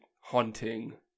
haunting